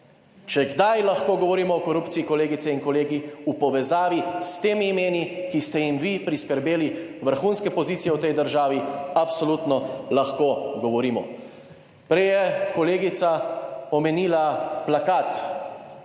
Če kdaj, lahko govorimo o korupciji, kolegice in kolegi. V povezavi s temi imeni, ki ste jim vi priskrbeli vrhunske pozicije v tej državi, absolutno lahko govorimo. Prej je kolegica omenila plakat,